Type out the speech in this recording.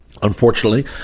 Unfortunately